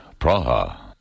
Praha